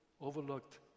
overlooked